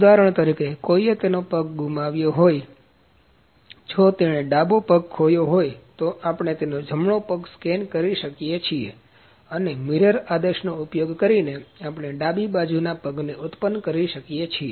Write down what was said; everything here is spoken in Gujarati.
ઉદાહરણ તરીકે કોઈએ તેનો પગ ગુમાવ્યો હોય જો તેણે ડાબો પગ ખોયો હોય તો આપણે તેનો જમણો પગ સ્કેન કરી શકીએ છીએ અને મિરર આદેશનો ઉપયોગ કરીને આપણે ડાબી બાજુ પગને ઉત્પન્ન કરી શકીએ છીએ